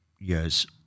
Years